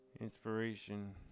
inspiration